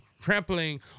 trampling